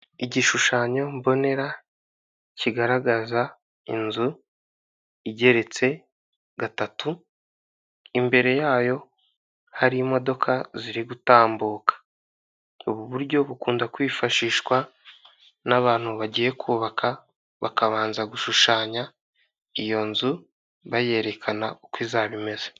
Igishushanyo mbonera kigaragaza inzu igeretse gatatu, imbere yayo hari imodoka ziri gutambuka. Ubu buryo bukunda kwifashishwa n'abantu bagiye kubaka bakabanza gushushanya iyo nzu bakayerekana uko izaba imeze.